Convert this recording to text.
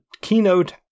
keynote